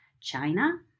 China